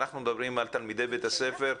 אנחנו מדברים על תלמידי בית הספר,